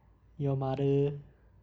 your mother